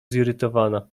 zirytowana